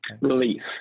Release